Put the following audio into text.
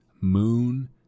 Moon